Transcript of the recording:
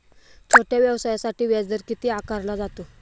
छोट्या व्यवसायासाठी व्याजदर किती आकारला जातो?